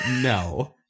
No